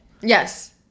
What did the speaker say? Yes